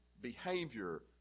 behavior